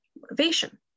motivation